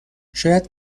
شاید